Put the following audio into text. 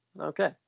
Okay